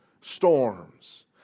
storms